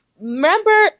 Remember